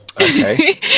Okay